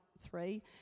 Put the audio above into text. three